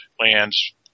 lands